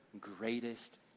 Greatest